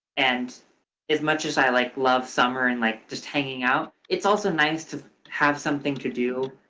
and as much as i, like, love summer and like just hanging out, it's also nice to have something to do,